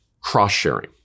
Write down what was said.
cross-sharing